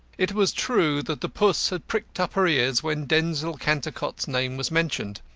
it was true that the puss had pricked up her ears when denzil cantercot's name was mentioned.